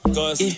Cause